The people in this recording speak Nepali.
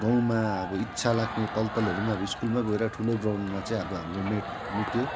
गाउँमा अब इच्छा लाग्ने तल तलहरू अब स्कुलमै गएर ठुलो ग्राउन्डमा चाहिँ अब हाम्रो मेट मिट्यो